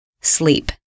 sleep